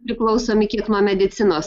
priklausomi kiek nuo medicinos